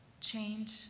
change